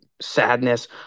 sadness